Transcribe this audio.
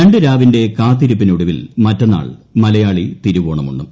രണ്ട് രാവിന്റെ കാത്തിരിപ്പിനൊടുവിൽ മറ്റന്നാൾ മലയാളി തിരുവോണം ഉണ്ണും